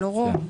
של הורה,